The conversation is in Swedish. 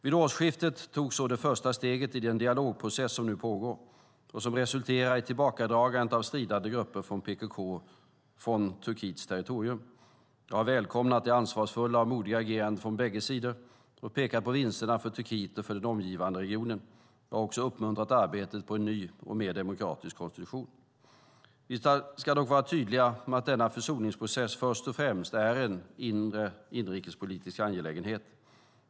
Vid årsskiftet togs så det första steget i den dialogprocess som nu pågår och som har resulterat i tillbakadragandet av stridande grupper från PKK från Turkiets territorium. Jag har välkomnat det ansvarsfulla och modiga agerandet från bägge sidor och pekat på vinsterna för Turkiet och för den omgivande regionen. Jag har också uppmuntrat arbetet på en ny och mer demokratisk konstitution. Vi ska dock vara tydliga med att denna försoningsprocess först och främst är en inrikespolitisk angelägenhet.